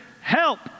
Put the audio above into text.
help